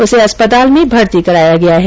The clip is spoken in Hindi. उसे अस्पताल में भर्ती कराया गया है